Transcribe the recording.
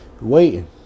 waiting